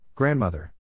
Grandmother